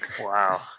Wow